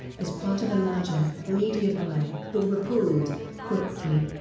as part of a larger media buy, but were pulled quickly.